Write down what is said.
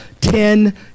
ten